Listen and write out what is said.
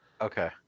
Okay